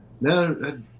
No